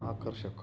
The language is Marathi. आकर्षक